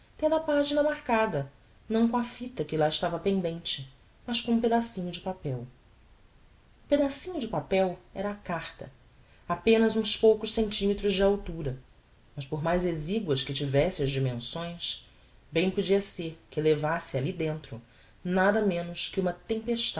a pagina marcada não com a fita que lá estava pendente mas com um pedacinho de papel o pedacinho de papel era a carta apenas uns poucos centímetros de altura mas por mais exiguas que tivesse as dimensões bem podia ser que levasse alli dentro nada menos que uma tempestade